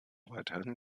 weiterhin